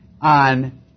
on